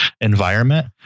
environment